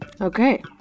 Okay